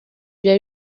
byari